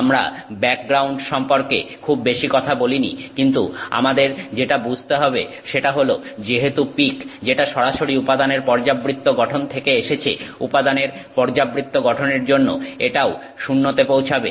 আমরা ব্যাকগ্রাউন্ড সম্পর্কে খুব বেশি কথা বলিনি কিন্তু আমাদের যেটা বুঝতে হবে সেটা হল যেহেতু পিক যেটা সরাসরি উপাদানের পর্যাবৃত্ত গঠন থেকে এসেছে উপাদানের পর্যাবৃত্ত গঠনের জন্য এটাও 0 তে পৌঁছাবে